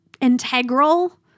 integral